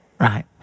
Right